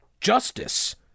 justice